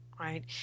right